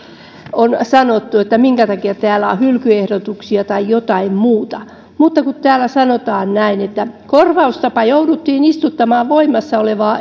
on sanottu minkä takia täällä on hylkyehdotuksia tai jotain muuta mutta täällä sanotaan näin että korvaustapa jouduttiin istuttamaan voimassa olevaan